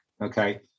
okay